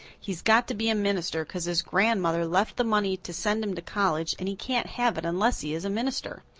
he's got to be a minister cause his grandmother left the money to send him to college and he can't have it unless he is a minister.